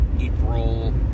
April